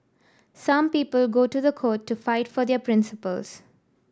some people go to the court to fight for their principles